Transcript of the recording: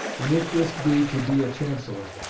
and if this be to be a chancellor.